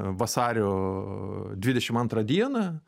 vasario dvidešimt antrą dieną